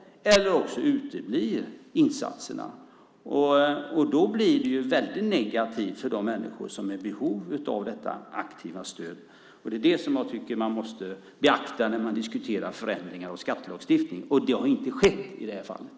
Eller också uteblir insatserna. Då blir det väldigt negativt för de människor som är i behov av detta aktiva stöd. Det är det som jag tycker att man måste beakta när man diskuterar förändringar och skattelagstiftning. Det har inte skett i det här fallet.